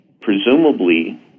presumably –